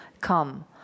come